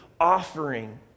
offering